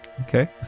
Okay